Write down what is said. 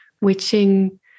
witching